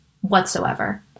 whatsoever